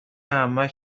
همش